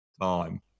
time